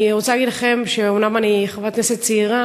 אני רוצה להגיד לכם שאומנם אני חברת כנסת צעירה,